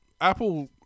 Apple